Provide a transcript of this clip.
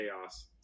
chaos